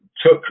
took